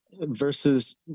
versus